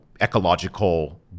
ecological